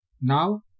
Now